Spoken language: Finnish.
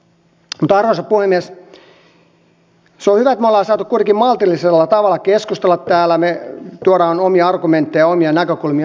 mutta arvoisa puhemies se on hyvä että me olemme saaneet kuitenkin maltillisella tavalla keskustella täällä me tuomme omia argumentteja omia näkökulmia asioihin